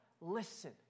Listen